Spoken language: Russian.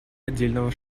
отдельного